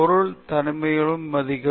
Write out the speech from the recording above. பொருள் தனியுரிமையை மதிக்கவும்